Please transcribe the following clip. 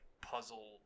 puzzle